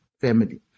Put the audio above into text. family